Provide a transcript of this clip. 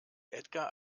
edgar